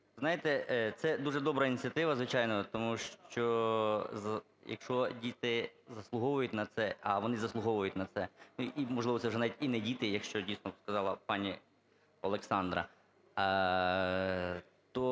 знаєте, це дуже добра ініціатива, звичайно, тому що, якщо діти заслуговують на це, а вони заслуговують на це, ну, і, можливо, це вже навіть і не діти, якщо дійсно, сказала пані Олександра, то